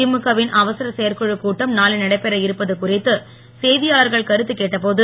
திமுக வின் அவசர செயற்குழக் கூட்டம் நாளை நடைபெற இருப்பது குறித்து செய்தியாளர்கள் கருத்து கேட்டபோது